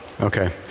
Okay